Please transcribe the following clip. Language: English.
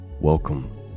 Welcome